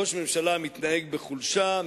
ראש ממשלה מתנהג בחולשה,